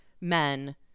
men